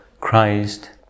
Christ